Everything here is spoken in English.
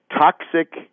toxic